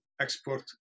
export